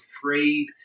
afraid